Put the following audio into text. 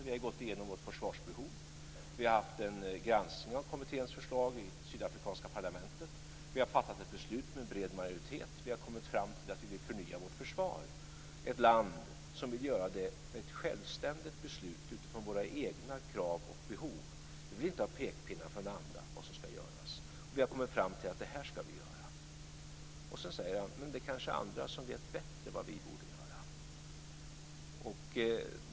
Vi har gått igenom vårt försvarsbehov. Vi har haft en granskning av kommitténs förslag i det sydafrikanska parlamentet. Vi har fattat ett beslut med bred majoritet. Vi har kommit fram till att vi vill förnya vårt försvar. Det är ett självständigt beslut fattat utifrån våra egna krav och behov. Vi vill inte ha pekpinnar från andra om vad som ska göras, och vi har kommit fram till att vi ska göra det här. Men det är kanske andra som vet bättre vad vi borde göra?